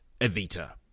Evita